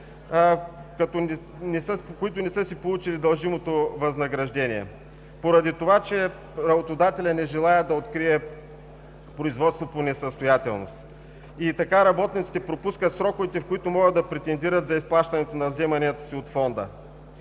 които не са си получили дължимото възнаграждение, поради това че работодателят не желае да открие производство по несъстоятелност и работниците пропускат сроковете, в които могат да претендират за изплащането на вземанията си от Фонда.